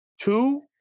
Two